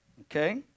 Okay